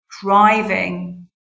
driving